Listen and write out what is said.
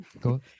Go